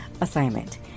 assignment